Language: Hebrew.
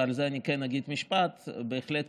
ועל זה אני כן אגיד משפט בהחלט,